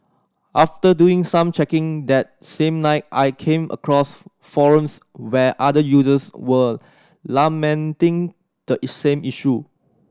after doing some checking that same night I came across forums where other users were lamenting the same issue